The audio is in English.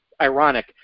ironic